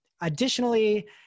Additionally